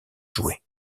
jouées